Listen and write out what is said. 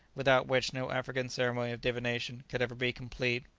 without which no african ceremony of divination could ever be complete.